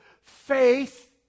faith